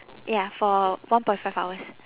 ya for one point five hours